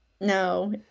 No